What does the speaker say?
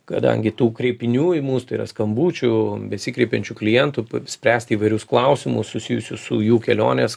kadangi tų kreipinių į mus tai yra skambučių besikreipiančių klientų spręsti įvairius klausimus susijusius su jų kelionės